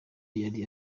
yari